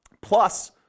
plus